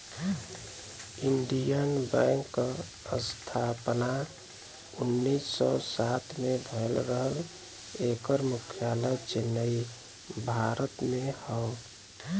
Indian Bank क स्थापना उन्नीस सौ सात में भयल रहल एकर मुख्यालय चेन्नई, भारत में हौ